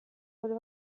sobre